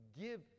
give